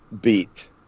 beat